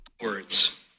Words